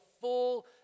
full